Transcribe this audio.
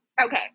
Okay